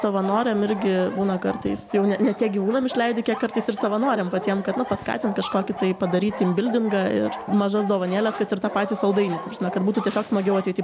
savanoriam irgi būna kartais jau ne ne tiek gyvūnam išleidi kiek kartais ir savanoriam patiem kad na paskatint kažkokį tai padaryt tym bildingą ir mažas dovanėles kad ir tie patys saldainiai ta prasme kad būtų tiesiog smagiau ateity